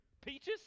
peaches